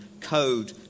code